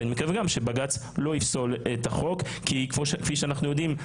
ואני מקווה שגם בג"ץ לא יפסול אותו כי כמו שאתם יודעים,